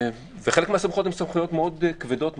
וחלק מהסמכויות הן סמכויות מאוד כבדות,